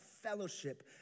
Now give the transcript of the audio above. fellowship